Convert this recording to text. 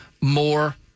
more